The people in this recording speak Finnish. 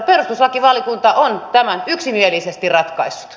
perustuslakivaliokunta on tämän yksimielisesti ratkaissut